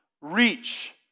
reach